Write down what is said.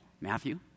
Matthew